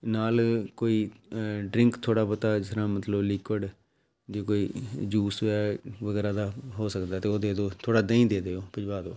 ਨਾਲ ਕੋਈ ਡਰਿੰਕ ਥੋੜ੍ਹਾ ਬਹੁਤ ਜਿਸ ਤਰ੍ਹਾਂ ਮਤਲਬ ਲਿਕੁਅਡ ਜੇ ਕੋਈ ਜੂਸ ਵਗੈਰਾ ਦਾ ਹੋ ਸਕਦਾ ਤਾਂ ਉਹ ਦੇ ਦਿਉ ਥੋੜ੍ਹਾ ਦਹੀਂ ਦੇ ਦਿਉ ਭਿਜਵਾ ਦਿਉ